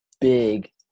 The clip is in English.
big